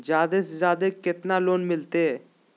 जादे से जादे कितना लोन मिलते?